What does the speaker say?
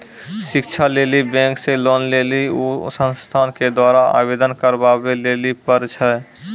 शिक्षा लेली बैंक से लोन लेली उ संस्थान के द्वारा आवेदन करबाबै लेली पर छै?